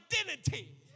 identity